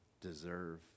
deserve